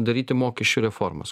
daryti mokesčių reformas